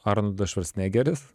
arnoldas švarcnegeris